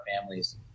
families